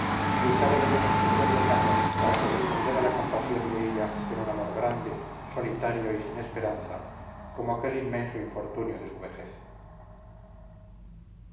echaba de menos sus verdes años para corresponder a la compasión de ella con un amor grande solitario y sin esperanza como aquel inmenso infortunio de